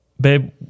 babe